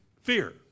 Fear